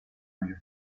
mayor